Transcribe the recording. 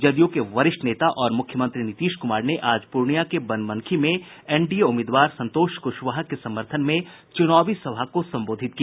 जदयू के वरिष्ठ नेता और मुख्यमंत्री नीतीश कुमार ने आज पूर्णिया के बनमनखी में एनडीए उम्मीदवार संतोष कुशवाहा के समर्थन में चुनावी सभा को संबोधित किया